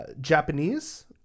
Japanese